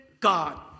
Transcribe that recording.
God